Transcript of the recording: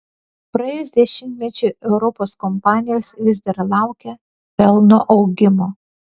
praėjus dešimtmečiui europos kompanijos vis dar laukia pelno augimo